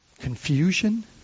confusion